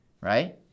right